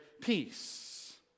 peace